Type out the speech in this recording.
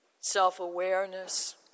self-awareness